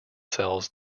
cells